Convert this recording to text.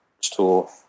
tool